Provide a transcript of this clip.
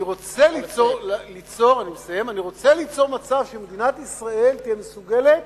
אני רוצה ליצור מצב שמדינת ישראל תהיה מסוגלת